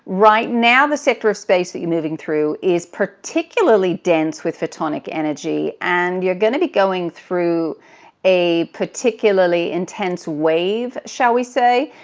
right now the sector of space that you're moving through is particularly dense with photonic energy, and you're going to be going through a particularly intense wave, shall we say,